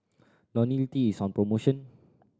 Ionil T is on promotion